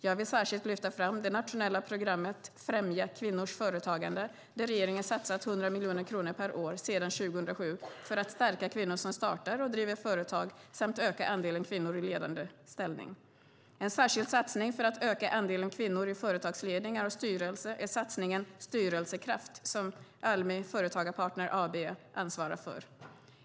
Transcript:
Jag vill särskilt lyfta fram det nationella programmet Främja kvinnors företagande där regeringen satsat 100 miljoner kronor per år sedan 2007 för att stärka kvinnor som startar och driver företag samt öka andelen kvinnor i ledande ställning. En särskild satsning för att öka andelen kvinnor i företagsledningar och styrelser är satsningen Styrelsekraft som Almi Företagspartner AB ansvarar för.